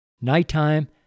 nighttime